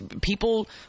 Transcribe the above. people